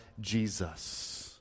Jesus